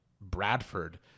Bradford